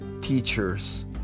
teachers